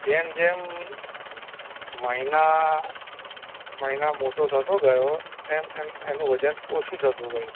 જેમ જેમ મહિના મહિના મોટો થતો ગયો એમ એમ એનું વજન ઓછું થતું ગયું